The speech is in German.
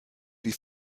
die